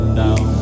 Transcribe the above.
down